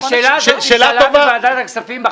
שאלה טובה.